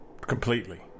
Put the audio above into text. completely